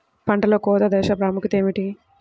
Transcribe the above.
పంటలో కోత దశ ప్రాముఖ్యత ఏమిటి?